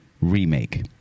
remake